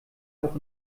auch